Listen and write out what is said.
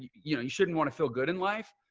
you know, you shouldn't want to feel good in life,